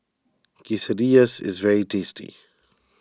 Quesadillas is very tasty